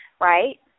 right